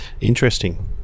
Interesting